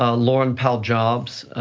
ah laurene powell jobs